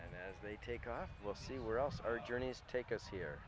and as they take us we'll see where else are journeys take us here